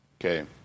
Okay